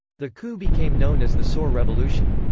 the coup became known as the saur revolution.